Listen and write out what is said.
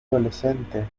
adolescente